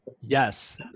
yes